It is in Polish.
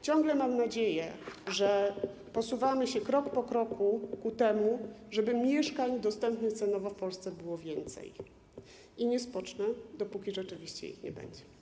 Ciągle mam nadzieję, że posuwamy się krok po kroku ku temu, żeby mieszkań dostępnych cenowo w Polsce było więcej, i nie spocznę, dopóki rzeczywiście ich nie będzie.